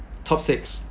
top six